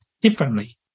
differently